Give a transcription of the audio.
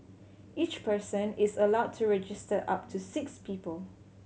each person is allowed to register up to six people